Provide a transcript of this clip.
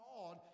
God